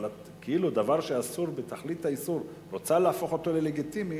אבל כאילו דבר שאסור בתכלית האיסור את רוצה להפוך ללגיטימי,